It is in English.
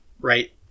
right